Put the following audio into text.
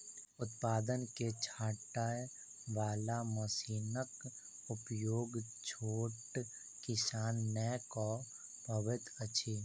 उत्पाद के छाँटय बाला मशीनक उपयोग छोट किसान नै कअ पबैत अछि